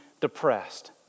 depressed